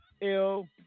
Ill